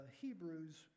Hebrews